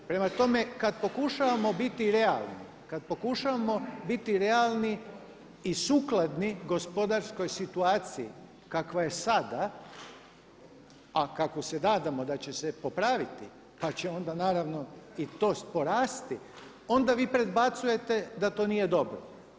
Prema tome, kad pokušavamo biti realni, kad pokušavamo biti realni i sukladni gospodarskoj situaciji kakva je sada, a kako se nadamo da će se popraviti, pa će onda naravno i to porasti onda vi predbacujete da to nije dobro.